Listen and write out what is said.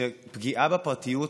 שפגיעה בפרטיות,